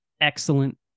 excellent